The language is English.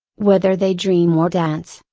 whether they dream or dance,